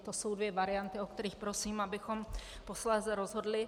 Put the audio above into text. To jsou dvě varianty, o kterých prosím, abychom posléze rozhodli.